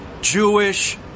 Jewish